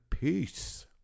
peace